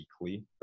weekly